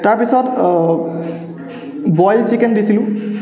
তাৰপিছত boil chicken দিছিলোঁ